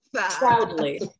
proudly